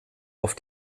auf